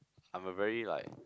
I'm a very like